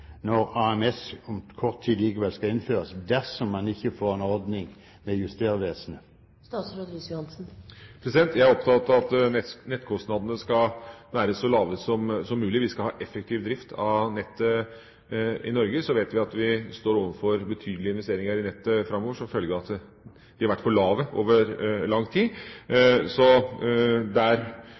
når AMS om kort tid likevel skal innføres, dersom en ikke får en ordning med Justervesenet? Jeg er opptatt av at nettkostnadene skal være så lave som mulig. Vi skal ha effektiv drift av nettet i Norge. Så vet vi at vi står overfor betydelige investeringer i nettet framover, som følge av at de har vært for lave over lang tid. Det er åpenbart slik at det er viktig å fokusere på å ha så